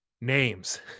names